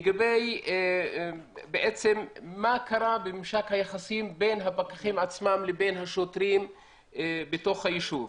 לגבי מה קרה בממשק היחסים בין הפקחים עצמם לבין השוטרים בתוך היישוב.